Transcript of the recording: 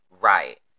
Right